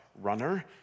runner